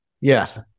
Yes